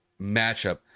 matchup